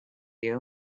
you